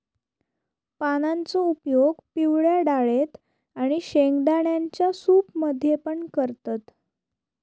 पानांचो उपयोग पिवळ्या डाळेत आणि शेंगदाण्यांच्या सूप मध्ये पण करतत